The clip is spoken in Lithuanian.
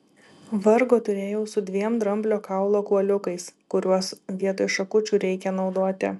vargo turėjau su dviem dramblio kaulo kuoliukais kuriuos vietoj šakučių reikia naudoti